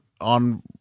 on